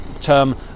term